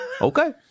Okay